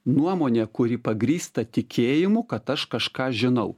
nuomonė kuri pagrįsta tikėjimu kad aš kažką žinau